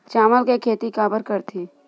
चावल के खेती काबर करथे?